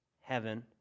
heaven